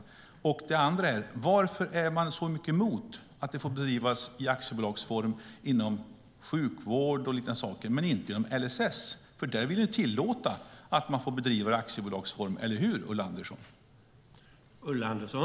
Jag vill fråga varför man är så starkt emot att sjukvård och liknande ska få bedrivas i aktiebolagsform men inte när det gäller LSS, för där vill man tillåta att det bedrivs i aktiebolagsform. Eller hur, Ulla Andersson?